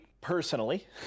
personally